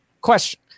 Question